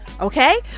Okay